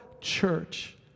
church